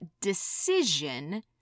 decision